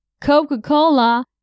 Coca-Cola